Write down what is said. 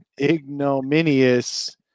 ignominious